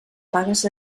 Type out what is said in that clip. pagues